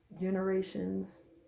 generations